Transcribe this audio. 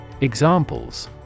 Examples